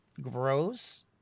grows